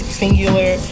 singular